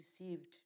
received